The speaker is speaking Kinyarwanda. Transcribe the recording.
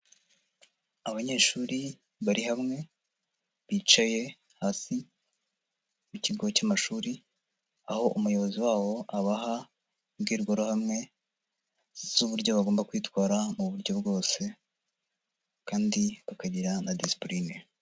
Abanyeshuri bari hamwe, bicaye hasi mu kigo cy'amashuri, aho umuyobozi wabo abaha imbwirwaruhamwe z'uburyo bagomba kwitwara mu buryo bwose, kandi bakagira na discipline.